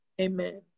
amen